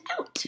out